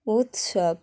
উৎসব